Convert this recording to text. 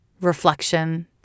reflection